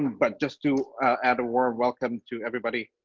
but just to add a warm welcome to everybody.